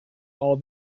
all